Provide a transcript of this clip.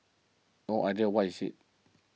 no idea what is it